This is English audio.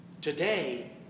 today